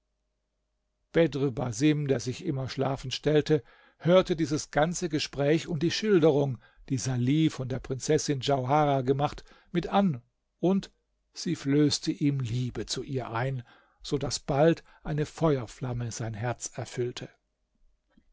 basim der sich immer schlafend stellte hörte dieses ganze gespräch und die schilderung die salih von der prinzessin djauharah gemacht mit an und sie flößte ihm liebe zu ihr ein so daß bald eine feuerflamme sein herz erfüllte